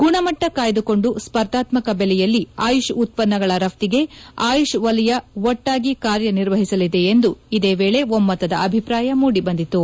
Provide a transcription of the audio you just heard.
ಗುಣಮಟ್ಟ ಕಾಯ್ದುಕೊಂದು ಸ್ಪರ್ಧಾತ್ಮಕ ಬೆಲೆಯಲ್ಲಿ ಆಯುಷ್ ಉತ್ಪನ್ನಗಳ ರಫ್ತಿಗೆ ಆಯುಷ್ ವಲಯ ಒಟ್ಟಾಗಿ ಕಾರ್ಯನಿರ್ವಹಿಸಲಿದೆ ಎಂದು ಇದೇ ವೇಳೆ ಒಮ್ಮತದ ಅಭಿಪ್ರಾಯ ಮೂಡಿಬಂದಿತು